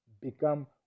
become